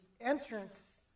entrance